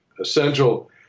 essential